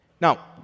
Now